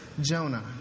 Jonah